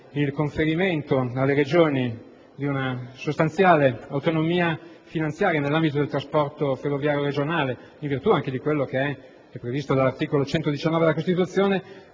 il conferimento alle Regioni di una sostanziale autonomia finanziaria nell'ambito del trasporto ferroviario regionale, anche in virtù di quanto previsto dall'articolo 119 della Costituzione,